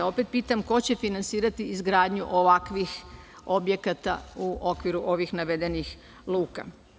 Opet pitam – ko će finansirati izgradnju ovakvih objekata u okviru ovih navedenih luka?